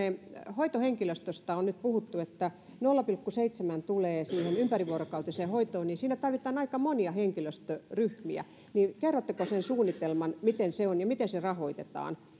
hoitohenkilöstöstä on nyt puhuttu että nolla pilkku seitsemän tulee siihen ympärivuorokautiseen hoitoon ja kun siinä tarvitaan aika monia henkilöstöryhmiä niin kerrotteko sen suunnitelman että mikä se on ja miten se rahoitetaan